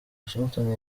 washington